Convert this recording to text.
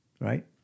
right